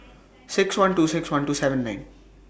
six one two six one two seven nine